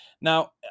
Now